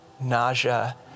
nausea